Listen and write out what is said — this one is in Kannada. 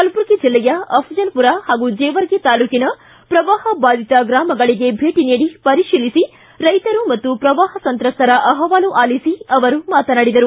ಕಲಬುರ್ಗಿ ಜಿಲ್ಲೆಯ ಅಪ್ಲಲ್ಮರ ಹಾಗೂ ಜೇವರ್ಗಿ ತಾಲೂಕಿನ ಪ್ರವಾಹಬಾಧಿತ ಗ್ರಾಮಗಳಿಗೆ ಭೇಟಿ ನೀಡಿ ಪರಿಶೀಲಿಸಿ ರೈತರು ಮತ್ತು ಪ್ರವಾಹ ಸಂತ್ರಸ್ತರ ಅಹವಾಲು ಆಲಿಸಿ ಅವರು ಮಾತನಾಡಿದರು